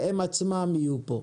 והם עצמם יהיו פה,